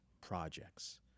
projects